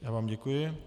Já vám děkuji.